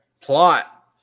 plot